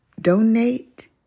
donate